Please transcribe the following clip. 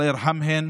(אומר בערבית: